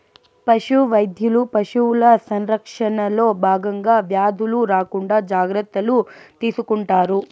పశు వైద్యులు పశువుల సంరక్షణలో భాగంగా వ్యాధులు రాకుండా జాగ్రత్తలు తీసుకుంటారు